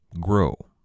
grow